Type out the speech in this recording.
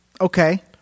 Okay